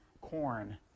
corn